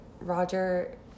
Roger